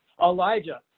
Elijah